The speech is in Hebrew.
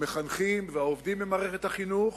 המחנכים והעובדים במערכת החינוך,